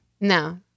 No